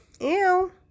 Ew